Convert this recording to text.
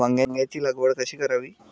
वांग्यांची लागवड कशी करावी?